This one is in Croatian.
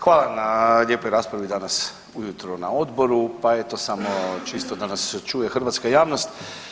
Hvala na lijepoj raspravi danas u jutro na odboru, pa eto samo čisto da nas se čuje, hrvatska javnost.